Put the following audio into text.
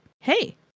hey